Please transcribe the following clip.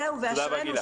תודה רבה, גילה.